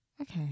Okay